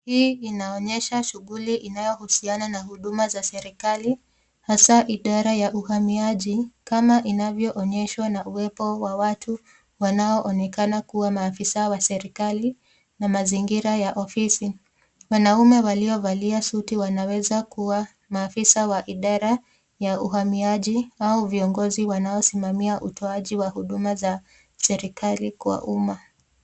Hii inaonyesha shughuli inayohusiana na huduma za serikali, haa idara ya uhamiaji kama inavoonyeshwa na uwepo wa watu wanoonekana kuwa maafisa wa serikali, na mazingira ya ofisi, wanaume waliovalia suti wanaweza kuwa maafisa wa idara, ya uhamiaji au viongozi waliosimamia huduma za serikali kwa umma.